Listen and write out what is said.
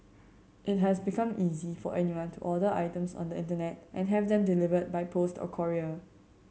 it has become easy for anyone to order items on the Internet and have them delivered by post or courier